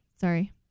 Sorry